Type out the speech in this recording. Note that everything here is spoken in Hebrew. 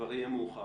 כבר יהיה מאוחר.